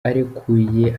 arekuye